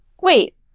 wait